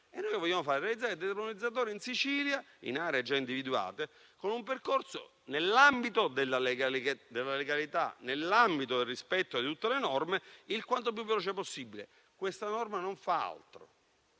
che vogliamo fare? Realizzare dei termovalorizzatori in Sicilia, in aree già individuate, con un percorso nell'ambito della legalità e nel rispetto di tutte le norme nel tempo più veloce possibile. Questa norma non fa altro